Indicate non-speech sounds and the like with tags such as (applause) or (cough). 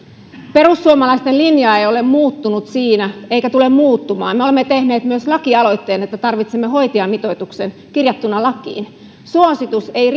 perussuomalaisten linja ei ole muuttunut siinä eikä tule muuttumaan me olemme tehneet myös lakialoitteen että tarvitsemme hoitajamitoituksen kirjattuna lakiin suositus ei (unintelligible)